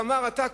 ואמר: אתה,